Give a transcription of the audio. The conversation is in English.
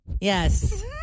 Yes